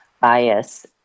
bias